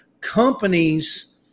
companies